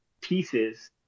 pieces